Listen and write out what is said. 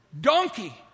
donkey